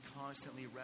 constantly